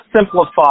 simplify